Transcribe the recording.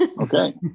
okay